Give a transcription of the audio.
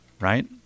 right